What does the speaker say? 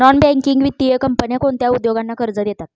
Non banking वित्तीय कंपन्या कोणत्या उद्योगांना कर्ज देतात?